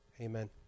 amen